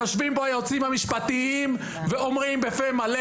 יושבים פה היועצים המשפטיים ואומרים בפה מלא,